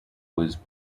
was